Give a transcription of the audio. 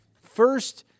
First